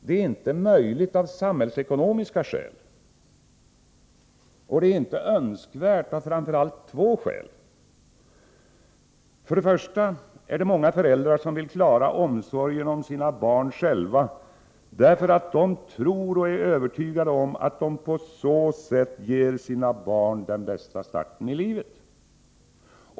Det är inte möjligt av samhällsekonomiska skäl, och det är inte önskvärt av framför allt två skäl. För det första är det många föräldrar som vill klara omsorgen om sina barn själva därför att de tror — ja, är övertygade om — att de på så sätt ger barnen den bästa starten i livet.